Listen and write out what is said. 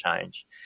change